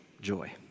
joy